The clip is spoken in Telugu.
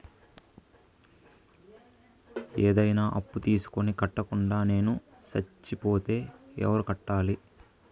ఏదైనా అప్పు తీసుకొని కట్టకుండా నేను సచ్చిపోతే ఎవరు కట్టాలి?